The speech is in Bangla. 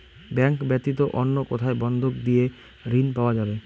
ব্যাংক ব্যাতীত অন্য কোথায় বন্ধক দিয়ে ঋন পাওয়া যাবে?